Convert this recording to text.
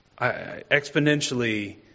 exponentially